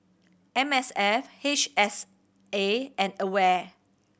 M S F H S A and AWARE